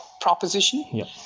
proposition